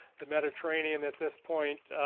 the mediterranean at this point,